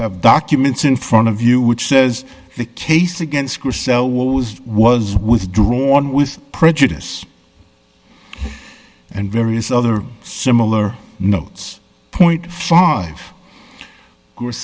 have documents in front of you which says the case against was withdrawn with prejudice and various other similar notes point five